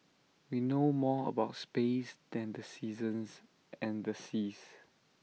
we know more about space than the seasons and the seas